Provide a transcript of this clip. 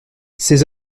ces